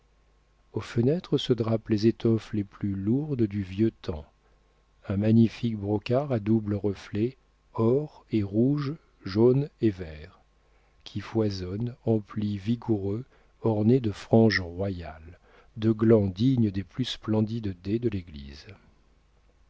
aux fenêtres se drapent les étoffes les plus lourdes du vieux temps un magnifique brocart à doubles reflets or et rouge jaune et vert qui foisonne en plis vigoureux orné de franges royales de glands dignes des plus splendides dais de l'église